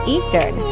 Eastern